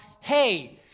hey